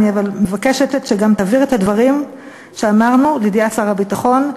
אבל אני גם מבקשת שגם תעביר את הדברים שאמרנו לידיעת שר הביטחון,